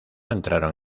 entraron